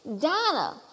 Donna